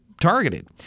targeted